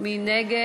מי נגד?